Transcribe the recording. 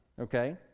okay